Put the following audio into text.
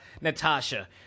Natasha